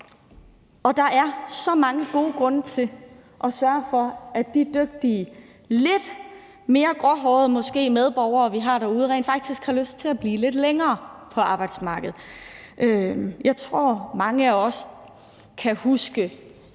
Og der er så mange gode grunde til at sørge for, at de dygtige måske lidt mere gråhårede medborgere, vi har derude, rent faktisk har lyst til at blive lidt længere på arbejdsmarkedet. Jeg tror, mange af os kan huske,